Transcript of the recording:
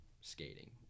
skating